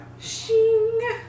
Shing